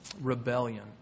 rebellion